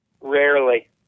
Rarely